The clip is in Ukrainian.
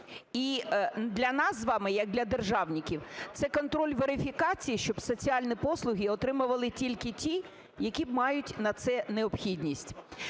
і для нас з вами як для державників – це контроль верифікації, щоб соціальні послуги отримували тільки ті, які мають на це необхідність.